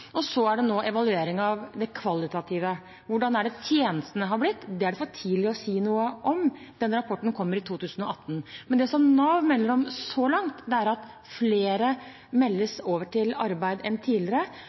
Så er det nå evaluering av det kvalitative. Hvordan tjenestene har blitt, er det for tidlig å si noe om. Den rapporten kommer i 2018. Men det Nav melder om så langt, er at flere meldes over til arbeid enn tidligere,